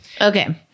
Okay